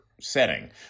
setting